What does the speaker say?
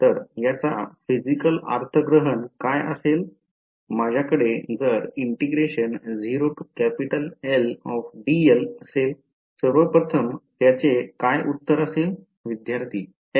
तर याचा physical अर्थग्रहण काय असेल माझ्याकडे जर असेल सर्वप्रथम त्याचे काय उत्तर असेल विद्यार्थी L